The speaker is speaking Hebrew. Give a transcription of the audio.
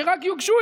שרק יוגשו,